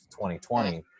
2020